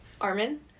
armin